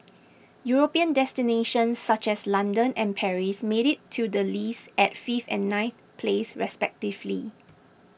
European destinations such as London and Paris made it to the list at fifth and ninth place respectively